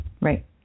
Right